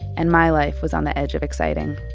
and my life was on the edge of exciting.